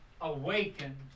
awaken